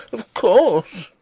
of course!